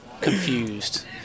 Confused